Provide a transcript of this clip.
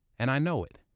and i know it.